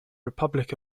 republic